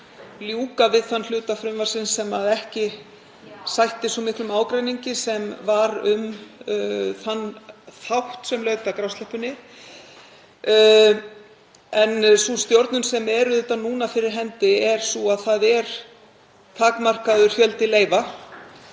ljúka við þann hluta frumvarpsins sem ekki sætti svo miklum ágreiningi sem var um þann þátt sem laut að grásleppunni. Sú stjórn sem er núna fyrir hendi er sú að það er takmarkaður fjöldi leyfa